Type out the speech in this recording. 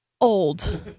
old